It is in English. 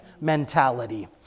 mentality